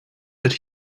that